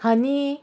honey